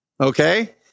Okay